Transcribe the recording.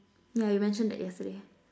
yeah you mentioned that yesterday